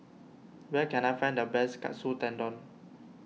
where can I find the best Katsu Tendon